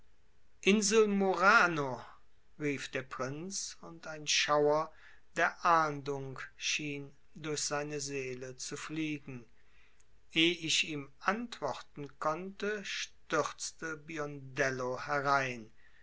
insel murano rief der prinz und ein schauer der ahndung schien durch seine seele zu fliegen eh ich ihm antworten konnte stürzte biondello herein